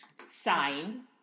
Signed